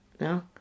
No